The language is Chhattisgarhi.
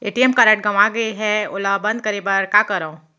ए.टी.एम कारड गंवा गे है ओला बंद कराये बर का करंव?